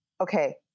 okay